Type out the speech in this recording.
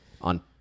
on